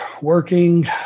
working